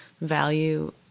value